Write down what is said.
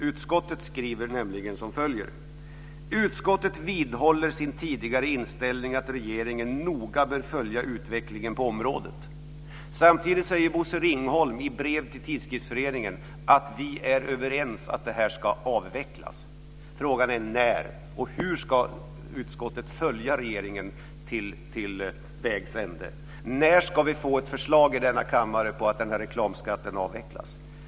Utskottet skriver nämligen följande: Utskottet vidhåller sin tidigare inställning att regeringen noga bör följa utvecklingen på området. Samtidigt säger Bosse Ringholm i brev till tidskriftsföreningen att vi är överens om att det här ska avvecklas. Frågan är när, och hur ska utskottet följa regeringen till vägs ände? När ska vi få ett förslag i denna kammare om att den här reklamskatten ska avvecklas?